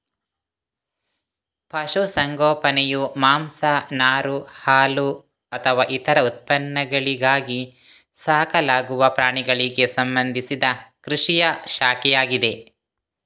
ಪಶು ಸಂಗೋಪನೆಯು ಮಾಂಸ, ನಾರು, ಹಾಲುಅಥವಾ ಇತರ ಉತ್ಪನ್ನಗಳಿಗಾಗಿ ಸಾಕಲಾಗುವ ಪ್ರಾಣಿಗಳಿಗೆ ಸಂಬಂಧಿಸಿದ ಕೃಷಿಯ ಶಾಖೆಯಾಗಿದೆ